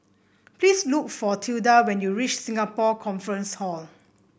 please look for Tilda when you reach Singapore Conference Hall